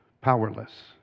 powerless